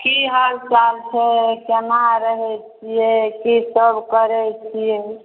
की हालचाल छै कोना रहै छिए की सब करै छिए